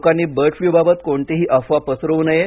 लोकांनी bird flu बाबत कोणत्याही अफवा पसरवू नये